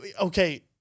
Okay